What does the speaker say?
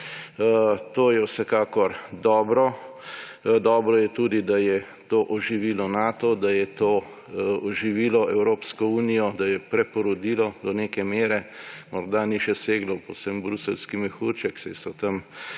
To je vsekakor dobro. Dobro je tudi, da je to oživilo Nato, da je to oživilo Evropsko unijo, da je preporodilo do neke mere, morda ni še seglo povsem v bruseljski mehurček, saj so tam